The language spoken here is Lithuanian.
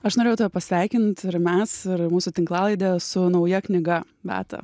aš norėjau tave pasveikinti ir mes ir mūsų tinklalaidė su nauja knyga beata